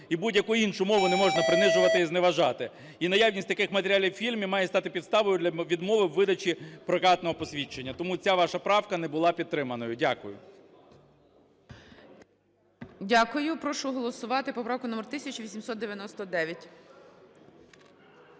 і будь-яку іншу мову не можна принижувати і зневажати. І наявність таких матеріалів у фільмі має стати підставою для відмови у видачі прокатного посвідчення. Тому ця ваша правка не була підтриманою. Дякую. ГОЛОВУЮЧИЙ. Дякую. Прошу голосувати поправку номер 1899.